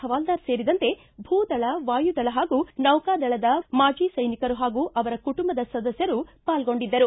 ಹವಾಲ್ದಾರ್ ಸೇರಿದಂತೆ ಭೂದಳ ವಾಯುದಳ ಹಾಗೂ ನೌಕಾದಳದ ಮಾಜಿ ಸೈನಿಕರು ಹಾಗೂ ಅವರ ಕುಟುಂಬದ ಸದಸ್ಯರು ಪಾಲ್ಗೊಂಡಿದ್ದರು